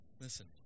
Listen